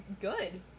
good